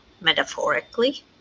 metaphorically